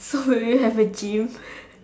so will you have a gym